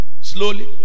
slowly